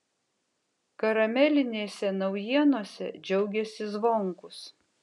karamelinėse naujienose džiaugėsi zvonkus